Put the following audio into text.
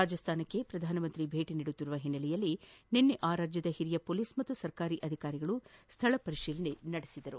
ರಾಜಸ್ತಾನಕ್ಕೆ ಪ್ರಧಾನಮಂತ್ರಿ ಭೇಟ ನೀಡುತ್ತಿರುವ ಹಿನ್ನೆಲೆಯಲ್ಲಿ ನಿನ್ನೆ ಆ ರಾಜ್ಯದ ಹಿರಿಯ ಪೊಲೀಸ್ ಹಾಗೂ ಸರ್ಕಾರಿ ಅಧಿಕಾರಿಗಳು ಸ್ಥಳ ಪರಿತೀಲನೆ ನಡೆಸಿದರು